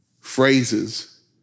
phrases